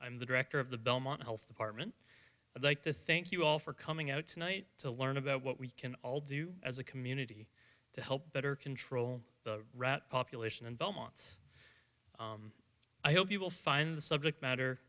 i'm the director of the belmont health department i'd like to thank you all for coming out tonight to learn about what we can all do as a community to help better control the rat population and belmont's i hope you will find the subject matter